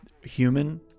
human